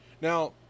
now